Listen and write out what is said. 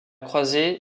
croisée